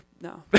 no